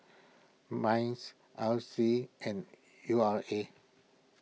Minds R C and U R A